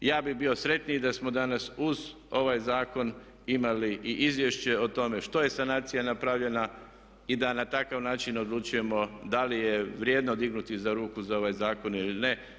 Ja bih bio sretniji da smo danas uz ovaj zakon imali i izvješće o tome što je sanacija napravljena i da na takav način odlučujemo da li je vrijedno dignuti ruku za ovaj zakon ili ne.